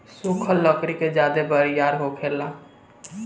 सुखल लकड़ी ज्यादे बरियार होखेला